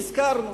נזכרנו.